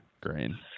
Green